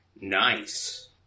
Nice